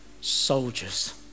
soldiers